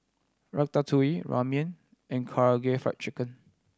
Ratatouille Ramen and Karaage Fried Chicken